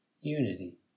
unity